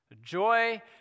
Joy